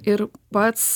ir pats